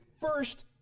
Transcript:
first